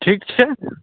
ठीक छै